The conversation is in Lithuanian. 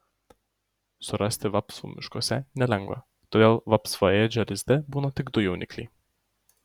surasti vapsvų miškuose nelengva todėl vapsvaėdžio lizde būna tik du jaunikliai